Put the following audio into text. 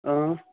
ٲں